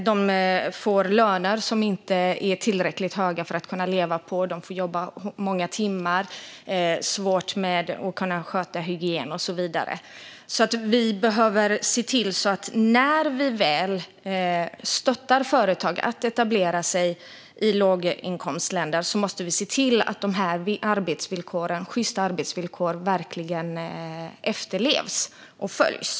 De får löner som inte är tillräckligt höga för att kunna leva på, de får jobba många timmar, de har svårt att kunna sköta hygienen och så vidare. Vi behöver se till att vi, när vi väl stöttar företag att etablera sig i låginkomstländer, ser till att sjysta arbetsvillkor verkligen efterlevs och följs.